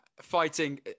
fighting